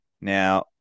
Now